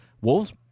Wolves